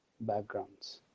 backgrounds